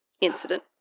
incident